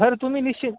हर तुम्ही निश्चित